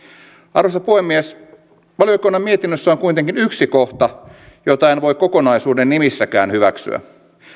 arvoisa puhemies valiokunnan mietinnössä on kuitenkin yksi kohta jota en voi kokonaisuuden nimissäkään hyväksyä